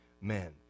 men